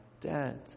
dead